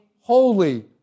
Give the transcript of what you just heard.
holy